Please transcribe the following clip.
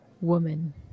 woman